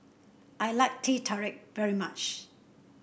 I like Teh Tarik very much